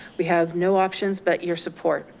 we have no options but your support.